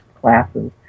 classes